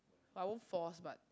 I won't force but